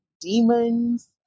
demons